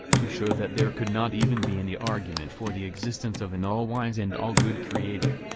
to show that there could not even be any argument for the existence of an all-wise and all-good creator.